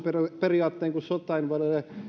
periaattein kuin sotainvalideille